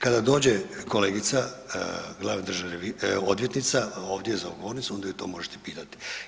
Kada dođe kolegica, glavna državna odvjetnica ovdje za ovu govornicu, onda ju to možete pitati.